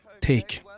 take